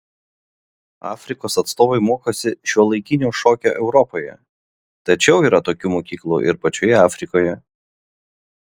afrikos atstovai mokosi šiuolaikinio šokio europoje tačiau yra tokių mokyklų ir pačioje afrikoje